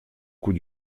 coût